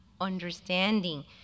understanding